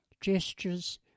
gestures